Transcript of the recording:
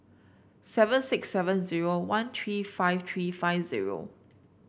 seven six seven zero one three five three five zero